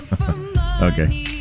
Okay